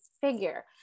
figure